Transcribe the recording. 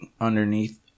underneath